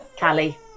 Callie